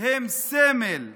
הם סמל לאנושיות,